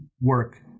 work